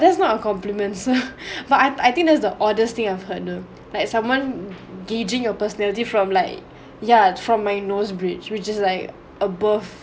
that's not a compliments but I I think that's the oddest thing I've heard you know like someone gauging your personality from like from my nose bridge which is above